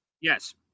Yes